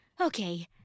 Okay